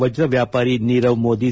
ವಜ್ರ ವ್ಯಾಪಾರಿ ನೀರವ್ ಮೋದಿ